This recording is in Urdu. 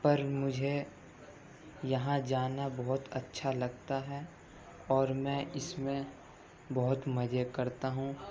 پر مجھے یہاں جانا بہت اچھا لگتا ہے اور میں اس میں بہت مزے کرتا ہوں